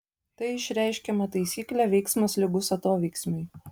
tai išreiškiama taisykle veiksmas lygus atoveiksmiui